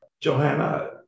Johanna